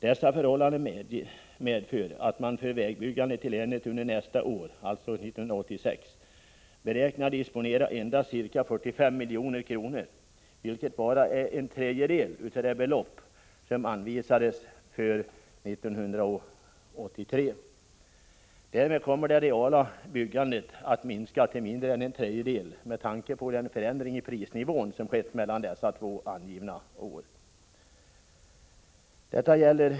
Det gör att man för vägbyggandet i länet under nästa år, dvs. år 1986, beräknar att få disponera endast 45 milj.kr., vilket är bara en tredjedel av det belopp som anvisades för år 1983. Därmed kommer det reala byggandet att minska till mindre än en tredjedel med tanke på den förändring i prisnivån som skett mellan dessa två angivna år.